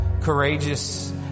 courageous